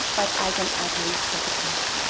but i can at least take a peek.